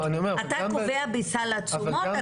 אתה קובע בסל התשומות,